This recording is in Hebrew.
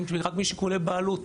הם רק משיקולי בעלות,